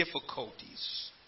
difficulties